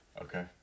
Okay